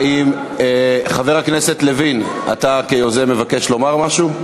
חבר הכנסת לוין, אתה כיוזם מבקש לומר משהו?